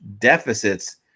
deficits